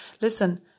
Listen